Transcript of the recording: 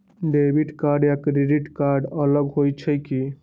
Debit card या credit card अलग होईछ ई?